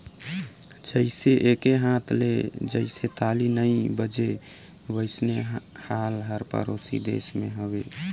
जइसे एके हाथ ले जइसे ताली नइ बाजे वइसने हाल हर परोसी देस के हवे